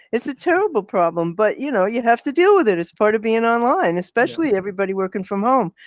it's a terrible problem. but you know, you have to deal with it as part of being online, especially everybody working from home.